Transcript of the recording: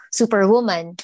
superwoman